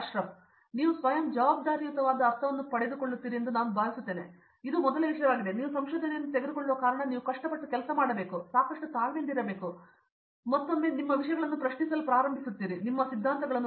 ಅಶ್ರಫ್ ನೀವು ಸ್ವಯಂ ಜವಾಬ್ದಾರಿಯುತವಾದ ಅರ್ಥವನ್ನು ಪಡೆದುಕೊಳ್ಳುತ್ತೀರಿ ಎಂದು ನಾನು ಭಾವಿಸುತ್ತೇನೆ ಇದು ಮೊದಲ ವಿಷಯವಾಗಿದೆ ನೀವು ಸಂಶೋಧನೆಯನ್ನು ತೆಗೆದುಕೊಳ್ಳುವ ಕಾರಣ ನೀವು ಕಷ್ಟಪಟ್ಟು ಕೆಲಸ ಮಾಡಬೇಕು ಮತ್ತು ನೀವು ಸಾಕಷ್ಟು ತಾಳ್ಮೆಯಿಂದಿರಬೇಕು ಹಾಗಾಗಿ ಒಬ್ಬರು ಯೋಚಿಸುತ್ತಾರೆ ಮತ್ತು ಮತ್ತೊಮ್ಮೆ ನೀವು ವಿಷಯಗಳನ್ನು ಪ್ರಶ್ನಿಸಲು ಪ್ರಾರಂಭಿಸುತ್ತೀರಿ ಮತ್ತು ನೀವು ಹೊಂದಿರುವ ಸಿದ್ಧಾಂತಗಳು